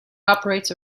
operates